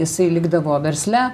jisai likdavo versle